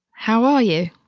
how are you?